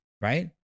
right